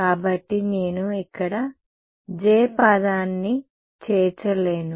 కాబట్టి నేను ఇక్కడ J పదాన్ని చేర్చలేను